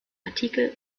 artikel